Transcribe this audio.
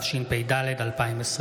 חרבות ברזל)